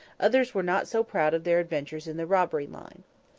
others were not so proud of their adventures in the robbery line.